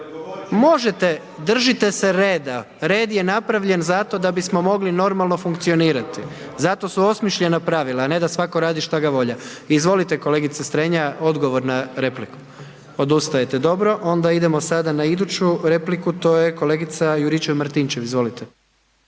Možete, držite se reda. Red je napravljen zato da bismo mogli normalno funkcionirati, zato su osmišljena pravila, a ne da radi svako šta ga volja. Izvolite kolegice Strenja, odgovor na repliku. Odustajete, dobro. Onda idemo sada na iduću repliku to je kolegica Juričev-Martinčev. Izvolite.